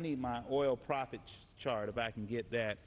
d oil profits chart a back and get that